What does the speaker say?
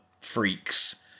freaks